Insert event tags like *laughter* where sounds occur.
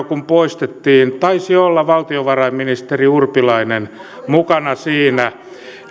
*unintelligible* kun yhteisövero poistettiin taisi olla valtiovarainministeri urpilainen mukana siinä